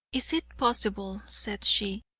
is it possible, said she,